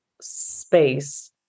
space